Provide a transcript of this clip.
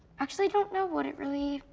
actually don't know what it really.